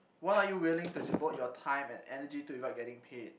what are you willing to devote your time and energy to without getting paid